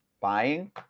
buying